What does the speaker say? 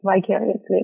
vicariously